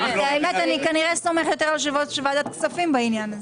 אני כנראה סומכת על יושב-ראש ועדת כספים בעניין הזה.